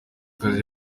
kazi